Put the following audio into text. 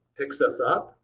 picks us up,